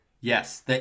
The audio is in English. Yes